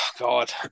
God